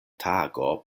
tago